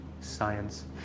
science